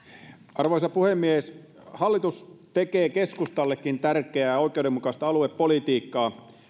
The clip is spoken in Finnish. arvoisa puhemies hallitus tekee keskustallekin tärkeää oikeudenmukaista aluepolitiikkaa